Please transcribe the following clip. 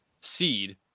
seed